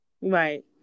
Right